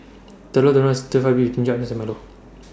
Telur Dadah Stir Fry Beef with Ginger Onions and Milo